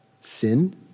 sin